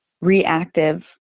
reactive